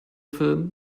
film